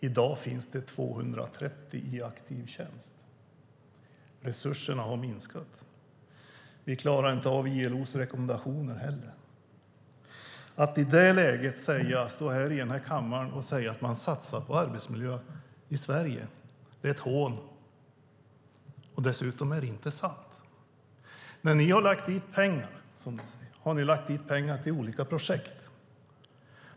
I dag finns det 230 i aktiv tjänst. Resurserna har minskat. Vi klarar inte heller av ILO:s rekommendationer. Att i det läget stå i denna kammare och säga att man satsar på arbetsmiljön i Sverige är ett hån, och dessutom är det inte sant. När ni har lagt dit pengar har ni lagt dit pengar till olika projekt.